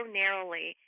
narrowly